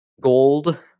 gold